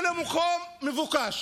זה לא מקום מבוקש,